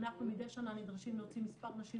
אנחנו מדיי שנה נדרשים להוציא מספר נשים